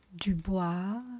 Dubois